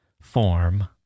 form